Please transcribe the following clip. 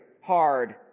hard